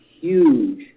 huge